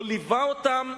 לא ליווה אותם